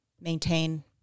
maintain